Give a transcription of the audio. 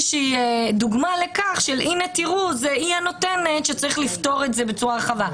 דוגמה לכך שהיא הנותנת שצריך לפתור את זה בצורה רחבה.